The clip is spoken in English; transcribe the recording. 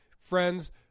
friends